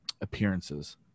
appearances